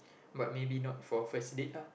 but maybe not for first date lah